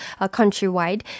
countrywide